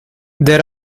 there